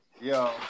Yo